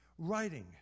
writing